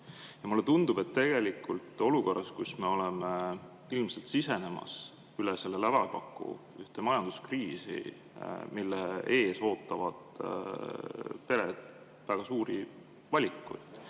Ja mulle tundub, et tegelikult me oleme sisenemas üle selle lävepaku ühte majanduskriisi, mille ees ootavad pered väga suuri valikuid.